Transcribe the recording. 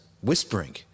whispering